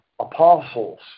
apostles